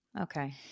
Okay